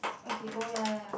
okay oh ya ya ya